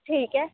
ਠੀਕ ਹੈ